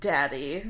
Daddy